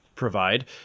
provide